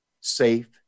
safe